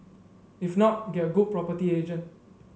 if not get a good property agent